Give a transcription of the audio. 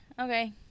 okay